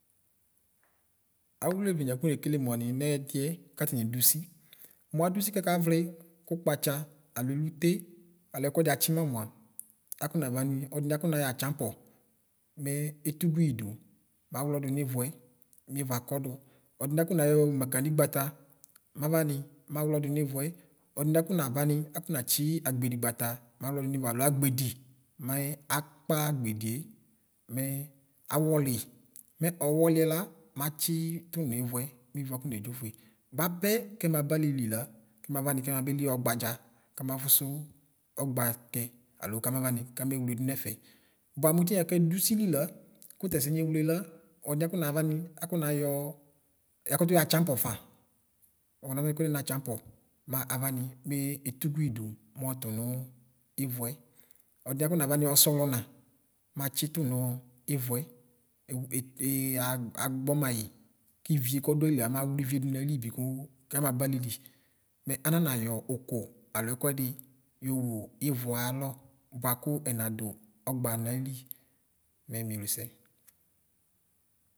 Awʋ leʋleni akɔ nekele mʋanɩ nɛɛdɩɛ katani dʋ usi mɔ adɔ usi kakavlɩ kʋ kpatsa alo ẹlote alo ɛtuɛdi atsima mʋa akɔnavani ɔdini akɔnayɔ atsapɔ mɛ ẹtʋguidʋ maxlɔ donivuɛ mɛ wʋe akɔdɔ ɔdini akɔnayɔ makanigbata mavani mawlɔ dɔnivʋe ɔdini akɔ navani afɔnatsi mawlɔ dɔnivʋɛ alɔ agbedi maye akpa agbedie mɛ awɔliyi mɛ ɔwɔliɛ la matsitʋ nivʋɛ mivʋɛ akɔne dʒofʋe bapɛ kɛmaba alili la kɛmavani kɛnabelixa ɔbadza kabafʋsʋ ɔgba kɛ alɔ kamavani kamewledʋ nɛfɛ bʋamʋ itiniɛ kɛdo ʋsili la kʋ tɛsɛni ewle la ɔdi akɔnavami akɔnaʒɔ yakʋtʋ yɔ atsapɔ faa wakɔnaʒɔ ɛkʋɛdi natsapɔ mavani metʋgʋidɔ mɔtʋ nʋ ɩvʋɛ ɔdini akɔnavani ɔsɔwlɔna matsitʋ nʋ lvʋɛ agbɔmayi kivie kɔdʋ ayila madʋ wɩe dʋwʋ ayili bikʋ kɛmaba alili ananays okʋ alo ekʋɛde yowʋ ɩvuɛ alɔ bʋakʋ ɛnadɔ ɔgba nayɛle mɛ miewleɔɛ.